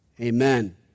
Amen